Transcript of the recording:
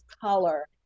color